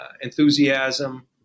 enthusiasm